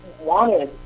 wanted